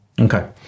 Okay